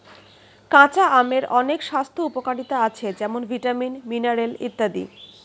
কাঁচা আমের অনেক স্বাস্থ্য উপকারিতা আছে যেমন ভিটামিন, মিনারেল ইত্যাদি